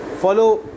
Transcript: follow